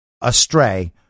astray